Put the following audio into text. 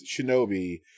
Shinobi